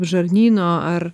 žarnyno ar